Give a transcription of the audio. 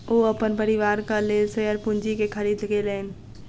ओ अपन परिवारक लेल शेयर पूंजी के खरीद केलैन